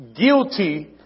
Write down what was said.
Guilty